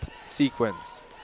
sequence